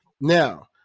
Now